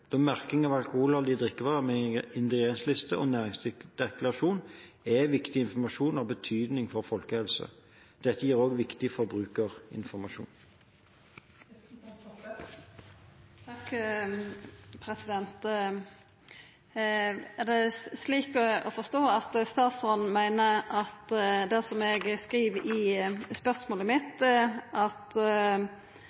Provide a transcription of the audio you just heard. merking av alkoholholdige drikkevarer med ingrediensliste og næringsdeklarasjon er viktig informasjon av betydning for folkehelsen. Dette gir også viktig forbrukerinformasjon. Er det slik å forstå at statsråden meiner at det som eg skriv i spørsmålet